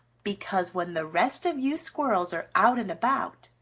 because, when the rest of you squirrels are out and about,